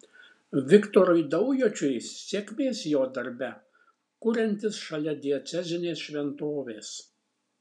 viktorui daujočiui sėkmės jo darbe kuriantis šalia diecezinės šventovės